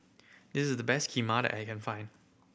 this is the best Kheema that I can find